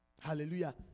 Hallelujah